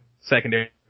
secondary